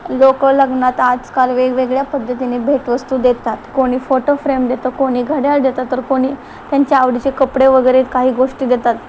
लोकं लग्नात आजकाल वेगवेगळ्या पद्धतीने भेटवस्तू देतात कोणी फोटोफ्रेम देतं कोणी घड्याळ देतं तर कोणी त्यांच्या आवडीचे कपडे वगैरे काही गोष्टी देतात